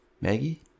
Maggie